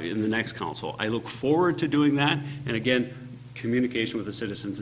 in the next council i look forward to doing that and again communication with the citizens